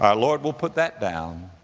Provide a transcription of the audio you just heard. um lord will put that down